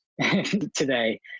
today